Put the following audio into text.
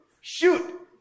Shoot